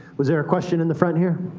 was there a question in the front here?